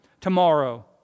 tomorrow